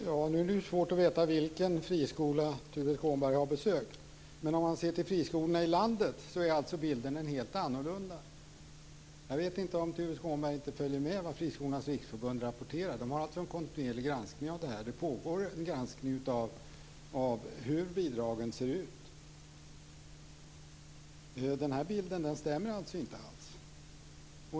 Fru talman! Det är svårt att veta vilken friskola Tuve Skånberg har besökt. Men för friskolorna i landet är bilden helt annorlunda. Jag vet inte om Tuve Skånberg inte följer med i vad Friskolornas riksförbund rapporterar. De utför en kontinuerlig granskning. Det pågår en granskning av hur bidragen ser ut. Bilden stämmer inte.